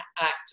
Act